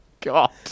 god